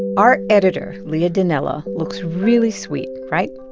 our editor leah donnella looks really sweet, right?